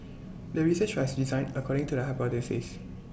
the research are designed according to the hypothesis